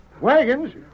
Wagons